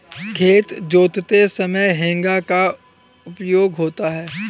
खेत जोतते समय हेंगा का उपयोग होता है